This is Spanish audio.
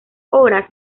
horas